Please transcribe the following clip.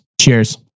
Cheers